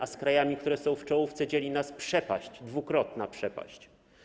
Od krajów, które są w czołówce, dzieli nas przepaść, dwukrotna przepaść.